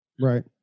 right